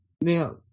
now